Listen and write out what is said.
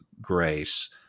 grace